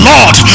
Lord